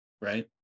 right